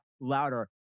louder